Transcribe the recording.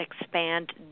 expand